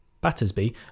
Battersby